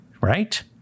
right